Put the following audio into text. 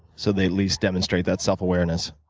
so they at least demonstrate that self awareness.